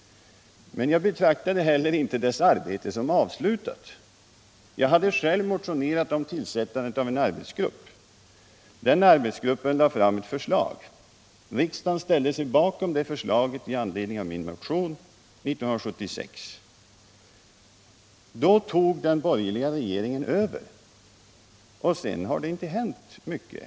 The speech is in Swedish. Men jag betraktade heller inte dess arbete som avslutat. Jag hade själv motionerat om tillsättandet av en arbetsgrupp. Den arbetsgruppen lade fram ett förslag, och riksdagen ställde sig bakom det förslaget i anledning av min motion 1976. Då tog den borgerliga regeringen över och sedan har det inte hänt mycket.